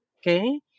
Okay